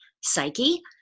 psyche